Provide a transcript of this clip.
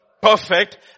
perfect